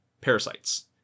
parasites